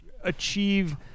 achieve